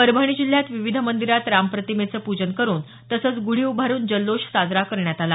परभणी जिल्ह्यात विविध मंदिरात राम प्रतिमेचे पूजन करून तसेच गुढी उभारून जल्लोष साजरा करण्यात आला